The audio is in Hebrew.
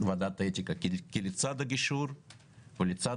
ועדת האתיקה, כי לצד הגישור וההסכמות